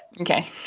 Okay